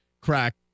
crack